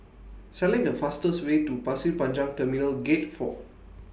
Select The fastest Way to Pasir Panjang Terminal Gate four